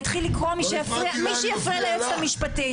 אתחיל לקרוא למי שיפריע ליועצת המשפטית.